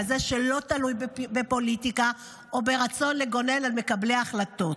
כזה שלא תלוי בפוליטיקה או ברצון לגונן על מקבלי ההחלטות,